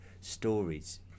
stories